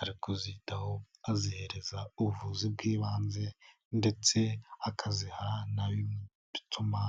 ari kuzitaho azihereza ubuvuzi bw'ibanze, ndetse akaziziha n'ibituma